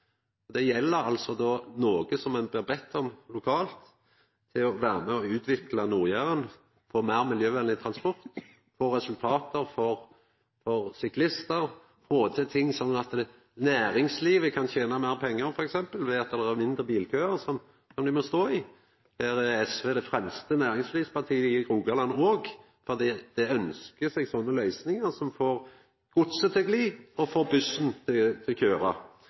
ein blir bedd om lokalt – å vera med og utvikla Nord-Jæren for meir miljøvenleg transport, få resultat for syklistar og få til ting, slik at næringslivet kan tena meir pengar, f.eks. ved at dei må stå mindre i bilkøar. Der er SV det fremste næringslivspartiet i Rogaland òg, for dei ønskjer seg slike løysingar som får godset til å gli og bussen til å kjøra, samtidig som ein altså får til